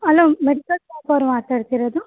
hello medicals ಅವರಾ ಮಾತಾಡ್ತ ಇರೋದು